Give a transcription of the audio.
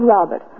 Robert